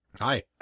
Hi